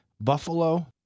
Buffalo